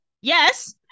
Yes